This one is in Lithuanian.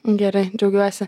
gerai džiaugiuosi